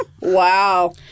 Wow